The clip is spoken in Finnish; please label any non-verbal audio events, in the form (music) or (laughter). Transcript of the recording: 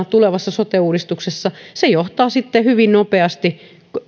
(unintelligible) tulevassa sote uudistuksessa se johtaa sitten hyvin nopeasti